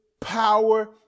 power